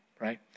right